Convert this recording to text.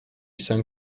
san